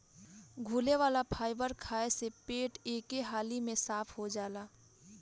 घुले वाला फाइबर खाए से पेट एके हाली में साफ़ हो जाला